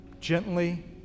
gently